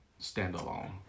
standalone